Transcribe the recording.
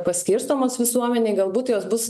paskirstomos visuomenei galbūt jos bus